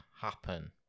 happen